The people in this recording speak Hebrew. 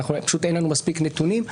אין לנו מספיק נתונים.